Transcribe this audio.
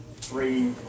Three